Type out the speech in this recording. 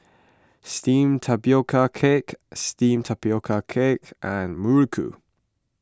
Steamed Tapioca Cake Steamed Tapioca Cake and Muruku